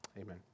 Amen